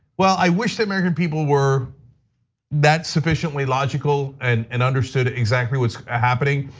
well, i wish the american people were that sufficiently logical and and understood exactly what's ah happening.